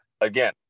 again